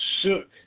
shook